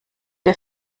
der